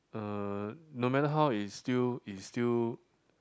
uh no matter how is still is still